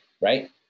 right